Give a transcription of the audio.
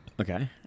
Okay